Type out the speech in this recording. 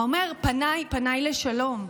הוא אומר: פניי לשלום.